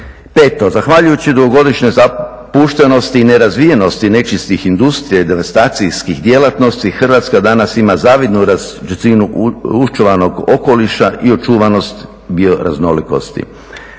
Peto, zahvaljujući dugogodišnjoj zapuštenosti i nerazvijenosti nečistih industrija i devastacijskih djelatnosti Hrvatska danas ima zavidnu razinu uščuvanog okoliša i očuvanost bioraznolikosti.